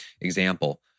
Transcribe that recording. example